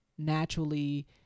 naturally